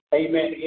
amen